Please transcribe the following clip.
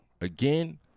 again